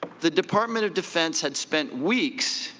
the department of defense had spent weeks,